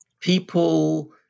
people